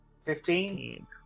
Fifteen